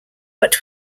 but